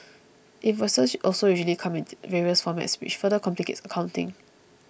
invoices also usually come in various formats which further complicates accounting